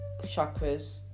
chakras